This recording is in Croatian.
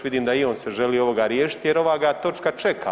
Vidim da i on se želi ovoga riješiti, jer ova ga točka čeka.